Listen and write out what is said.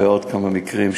ועוד כמה מקרים,